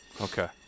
Okay